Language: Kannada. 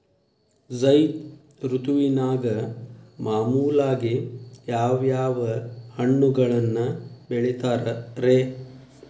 ಝೈದ್ ಋತುವಿನಾಗ ಮಾಮೂಲಾಗಿ ಯಾವ್ಯಾವ ಹಣ್ಣುಗಳನ್ನ ಬೆಳಿತಾರ ರೇ?